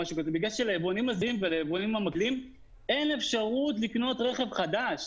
אלא בגלל שליבואנים הזעירים אין אפשרות לקנות רכב חדש.